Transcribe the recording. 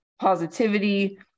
positivity